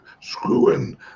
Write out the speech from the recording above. screwing